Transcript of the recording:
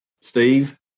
Steve